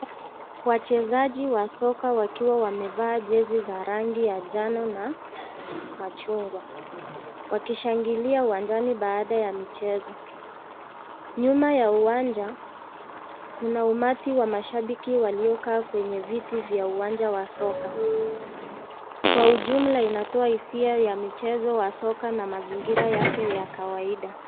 Wachezaji wa soka wakiwa wamevaa jezi za rangi ya njano na machungwa. Wakishangilia uwanjani baada ya michezo. Nyuma ya uwanja, kuna umati wa mashabiki waliokaa kwenye viti vya uwanja wa soka. Kwa ujumla inatoa hisia ya michezo wa soka na mazingira yake ya kawaida.